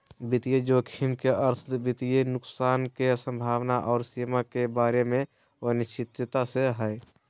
वित्तीय जोखिम के अर्थ वित्तीय नुकसान के संभावना आर सीमा के बारे मे अनिश्चितता से हय